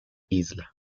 isla